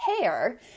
hair